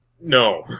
No